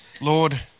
Lord